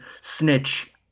snitch